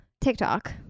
TikTok